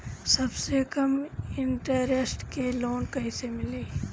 सबसे कम इन्टरेस्ट के लोन कइसे मिली?